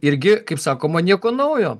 irgi kaip sakoma nieko naujo